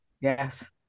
Yes